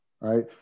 right